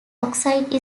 oxide